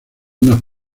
unas